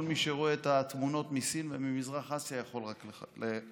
כל מי שרואה את התמונות מסין וממזרח אסיה יכול רק לקנא.